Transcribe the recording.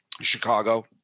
Chicago